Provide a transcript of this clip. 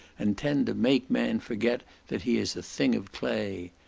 and tend to make man forget that he is a thing of clay.